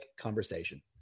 conversation